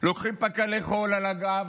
לוקחים פק"לי חול על הגב,